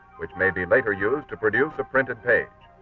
which may be later used to produce a printed page.